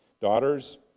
daughters